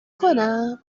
کنم